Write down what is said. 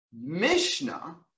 Mishnah